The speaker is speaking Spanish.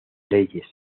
leyes